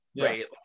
right